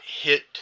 hit